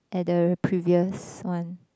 at the previous one